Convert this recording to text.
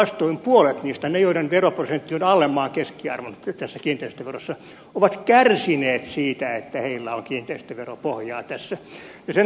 päinvastoin puolet niistä ne joiden veroprosentti on alle maan keskiarvon tässä kiinteistöverossa ovat kärsineet siitä että niillä on kiinteistöveropohjaa tässä